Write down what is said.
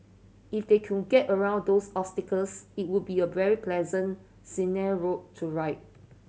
if they could get around these obstacles it would be a very pleasant route to ride